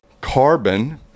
Carbon